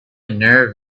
nerve